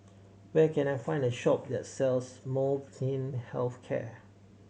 where can I find a shop that sells Molnylcke Health Care